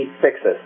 fixes